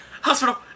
hospital